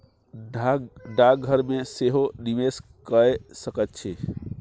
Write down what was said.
डाकघर मे सेहो निवेश कए सकैत छी